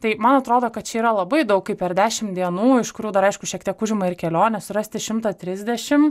tai man atrodo kad čia yra labai daug kaip per dešim dienų iš kurių dar aišku šiek tiek užima ir kelionės surasti šimtą trisdešim